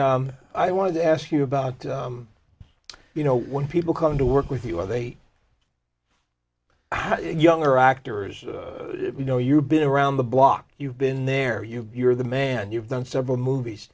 i i wanted to ask you about you know when people come to work with you are they younger actors you know you've been around the block you've been there you're the man you've done several movies